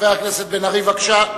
חבר הכנסת בן-ארי, בבקשה.